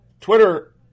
Twitter